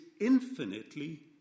infinitely